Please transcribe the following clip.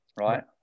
Right